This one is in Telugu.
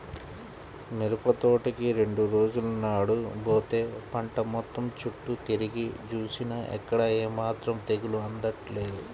మిరపతోటకి రెండు రోజుల నాడు బోతే పంట మొత్తం చుట్టూ తిరిగి జూసినా ఎక్కడా ఏమాత్రం తెగులు అంటలేదు